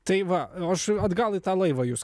tai va aš atgal į tą laivą jus